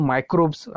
Microbes